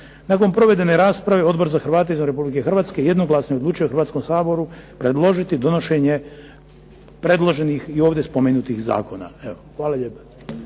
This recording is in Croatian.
Nakon provedene rasprave Odbor za Hrvate izvan Republike Hrvatske jednoglasno je odlučio Hrvatskom saboru predložiti donošenje predloženih i ovdje spomenutih zakona. Hvala lijepa.